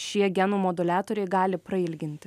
šie genų moduliatoriai gali prailginti